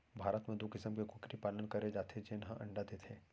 भारत म दू किसम के कुकरी पालन करे जाथे जेन हर अंडा देथे